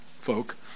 folk